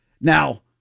Now